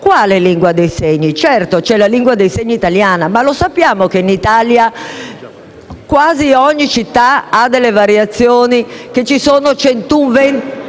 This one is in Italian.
quale lingua dei segni? Certo, c'è la lingua dei segni italiana, ma sappiamo che in Italia quasi ogni città ha delle varianti e che ci sono circa